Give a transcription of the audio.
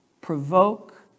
provoke